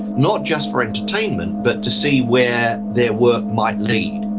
not just for entertainment but to see where their work might lead.